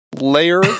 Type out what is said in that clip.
layer